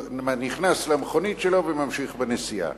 נכנס למכונית שלו וממשיך בנסיעה.